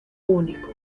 único